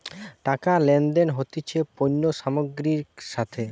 টাকা লেনদেন হতিছে পণ্য সামগ্রীর সাথে